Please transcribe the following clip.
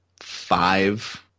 five